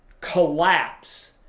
collapse